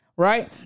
right